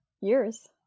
years